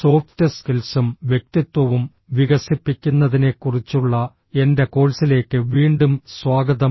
soft സ്കിൽസും വ്യക്തിത്വവും വികസിപ്പിക്കുന്നതിനെക്കുറിച്ചുള്ള എന്റെ കോഴ്സിലേക്ക് വീണ്ടും സ്വാഗതം